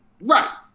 Right